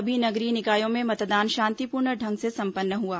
सभी नगरीय निकायों में मतदान शांतिपूर्ण ढंग से संपन्न हुआ